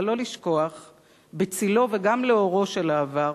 אבל לא לשכוח בצלו וגם לאורו של העבר